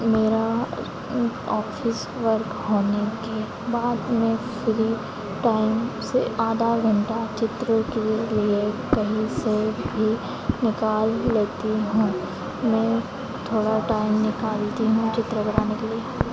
मेरा office work होने के बाद मैं फ़्री टाइम से आधा घंटा चित्र के लिए कहीं से भी निकाल लेती हूँ मे थोड़ा टाइम निकालती हूँ चित्र बनाने के लिए